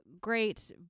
great